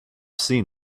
seen